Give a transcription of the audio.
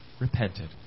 repented